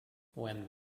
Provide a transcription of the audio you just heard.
when